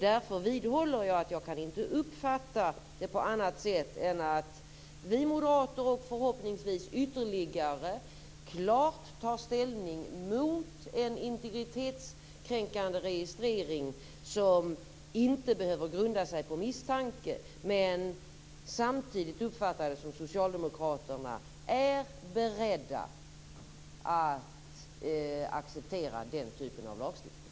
Därför vidhåller jag att jag inte kan uppfatta det på annat sätt än att vi moderater - och förhoppningsvis ytterligare partier - klart tar ställning mot en integritetskränkande registrering som inte behöver grunda sig på misstanke. Men samtidigt uppfattar jag det som att Socialdemokraterna är beredda att acceptera den typen av lagstiftning.